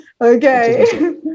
Okay